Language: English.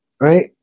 right